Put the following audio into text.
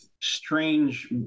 strange